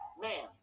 man